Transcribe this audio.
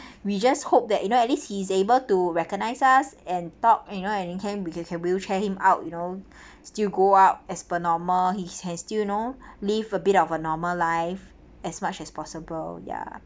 we just hope that you know at least he's able to recognises us and talk and you know and it came we we can wheelchair him out you know still go out as per normal he has still you know live a bit of a normal life as much as possible ya